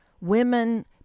women